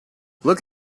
look